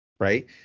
right